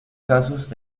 casos